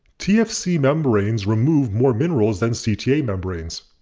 tfc membranes remove more minerals than cta membranes.